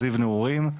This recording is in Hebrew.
זיו נעורים.